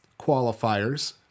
qualifiers